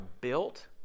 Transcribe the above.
built